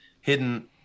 hidden